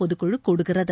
பொதுக்குழு கூடுகிறது